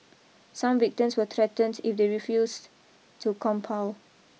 some victims were threatened if they refused to compile